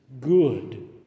good